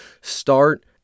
Start